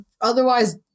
otherwise